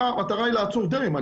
המטרה היא לעצור דמם.